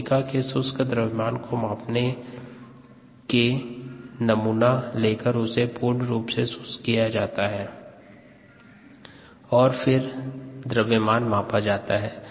कोशिका के शुष्क द्रव्यमान को मापने के नमूना लेकर उसे पूर्ण रूप से शुष्क किया जाता है और फिर द्रव्यमान मापा जाता है